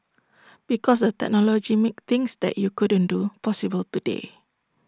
because the technology makes things that you couldn't do possible today